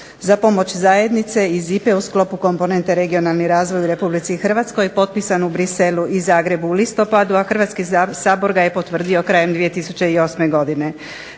pomoći u sklopu komponente "Regionalni razvoj" u Republici Hrvatskoj potpisan u Bruxellesu i Zagrebu u listopadu, a Hrvatski sabor ga je potvrdio krajem 2008. godine.